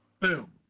Boom